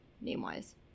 name-wise